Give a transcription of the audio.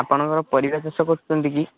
ଆପଣ କଣ ପରିବା ଚାଷ କରିଛନ୍ତି କି